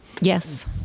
Yes